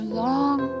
long